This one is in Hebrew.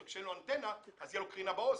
כשאין לו אנטנה אז תהיה לו קרינה באוזן,